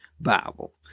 Bible